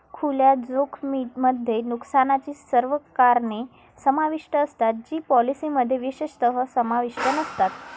खुल्या जोखमीमध्ये नुकसानाची सर्व कारणे समाविष्ट असतात जी पॉलिसीमध्ये विशेषतः समाविष्ट नसतात